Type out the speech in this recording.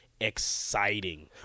exciting